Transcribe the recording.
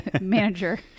manager